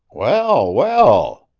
well, well,